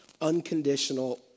unconditional